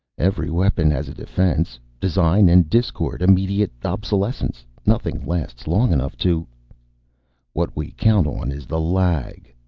every weapon has a defense. design and discord. immediate obsolescence. nothing lasts long enough to what we count on is the lag,